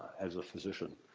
as a physician.